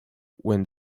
when